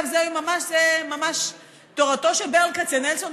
זו היא ממש תורתו של ברל כצנלסון,